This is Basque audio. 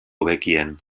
hobekien